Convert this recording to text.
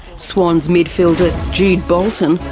swans midfielder jude bolton,